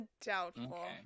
doubtful